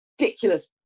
ridiculous